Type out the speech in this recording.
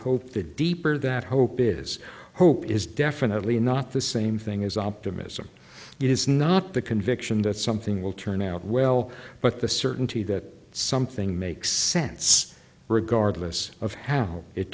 hope the deeper that hope is hope is definitely not the same thing as optimism it is not the conviction that something will turn out well but the certainty that something makes sense regardless of how it